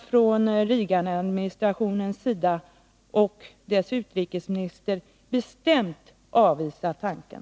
Från Reaganadministrationens sida har man emellertid bestämt avvisat tanken.